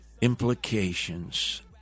implications